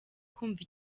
kumva